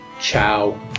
Ciao